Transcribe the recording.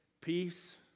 peace